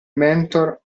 mentor